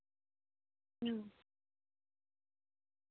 ᱦᱮᱸ